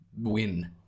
win